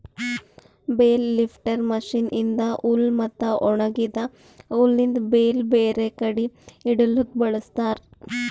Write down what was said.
bale lifter machine ಇಂದಾ ಹುಲ್ ಮತ್ತ ಒಣಗಿದ ಹುಲ್ಲಿಂದ್ ಬೇಲ್ ಬೇರೆ ಕಡಿ ಇಡಲುಕ್ ಬಳ್ಸತಾರ್